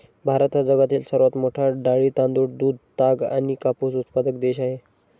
भारत हा जगातील सर्वात मोठा डाळी, तांदूळ, दूध, ताग आणि कापूस उत्पादक देश आहे